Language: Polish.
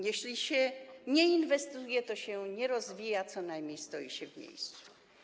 Jeśli się nie inwestuje, to się nie rozwija, co najmniej stoi się w miejscu.